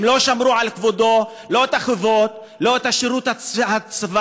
הם לא שמרו על כבודו, לא החובות ולא השירות הצבאי